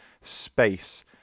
space